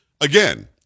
again